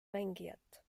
mängijat